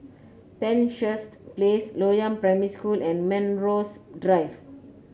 Penshurst Place Loyang Primary School and Melrose Drive